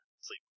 sleep